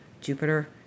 Jupiter